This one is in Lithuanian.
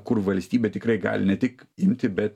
kur valstybė tikrai gali ne tik imti bet